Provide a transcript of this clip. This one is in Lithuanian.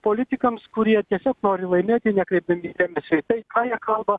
politikams kurie tiesiog nori laimėti nekreipdami dėmesio į tai ką jie kalba